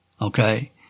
okay